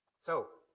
so,